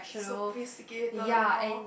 sophisticated and all